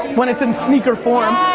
when it's in sneaker form.